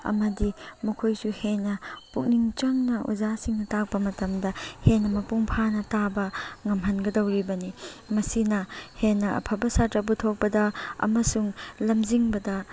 ꯑꯃꯗꯤ ꯃꯈꯣꯏꯁꯨ ꯍꯦꯟꯅ ꯄꯨꯛꯅꯤꯡ ꯆꯪꯅ ꯑꯣꯖꯥꯁꯤꯡꯅ ꯇꯥꯛꯄ ꯃꯇꯝꯗ ꯍꯦꯟꯅ ꯃꯄꯨꯡ ꯐꯥꯅ ꯇꯥꯕ ꯉꯝꯍꯟꯒꯗꯧꯔꯤꯕꯅꯤ ꯃꯁꯤꯅ ꯍꯦꯟꯅ ꯑꯐꯕ ꯁꯥꯇ꯭ꯔꯥ ꯄꯨꯊꯣꯛꯄꯗ ꯑꯃꯁꯨꯡ ꯂꯝꯖꯤꯡꯕꯗ